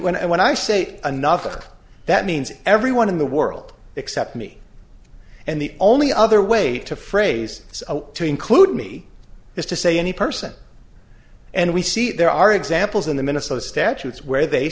when i when i say another that means everyone in the world except me and the only other way to phrase it to include me is to say any person and we see there are examples in the minnesota statutes where they